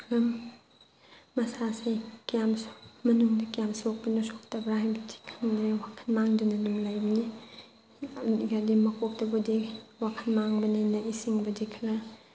ꯃꯁꯥꯁꯤ ꯀꯌꯥꯝ ꯃꯅꯨꯡꯗ ꯀꯌꯥꯝ ꯁꯣꯛꯄꯅꯣ ꯁꯣꯛꯇꯕ꯭ꯔꯥ ꯍꯥꯏꯕꯗꯤ ꯈꯪꯗ꯭ꯔꯦ ꯋꯥꯈꯟ ꯃꯥꯡꯗꯨꯅ ꯑꯗꯨꯝ ꯂꯩꯕꯅꯤ ꯌꯥꯝ ꯍꯥꯏꯗꯤ ꯃꯀꯣꯛꯇꯕꯨꯗꯤ ꯋꯥꯈꯟ ꯃꯥꯡꯕꯅꯤꯅ ꯏꯁꯤꯡꯕꯨꯗꯤ ꯈꯔ